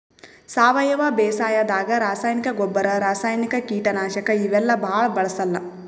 ಸಾವಯವ ಬೇಸಾಯಾದಾಗ ರಾಸಾಯನಿಕ್ ಗೊಬ್ಬರ್, ರಾಸಾಯನಿಕ್ ಕೀಟನಾಶಕ್ ಇವೆಲ್ಲಾ ಭಾಳ್ ಬಳ್ಸಲ್ಲ್